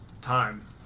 Time